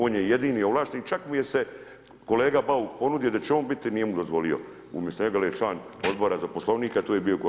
On je jedini ovlašteni čak mu je se kolega Bauk ponudio da će on biti nije mu dozvolio umjesto njega jel je član odbora za poslovnik, a tu je bio i kolega